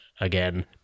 again